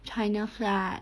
china flood